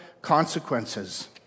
consequences